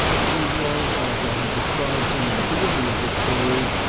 he was as i have described him in the beginning of this story,